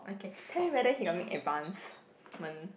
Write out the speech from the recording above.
okay tell me whether he got make advancement